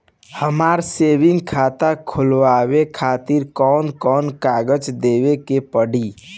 हमार सेविंग खाता खोलवावे खातिर कौन कौन कागज देवे के पड़ी?